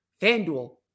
FanDuel